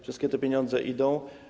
Wszystkie te pieniądze tam idą.